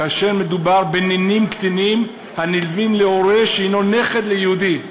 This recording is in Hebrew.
כאשר מדובר בנינים קטנים הנלווים להורה שהנו נכד ליהודי,